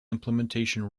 implementation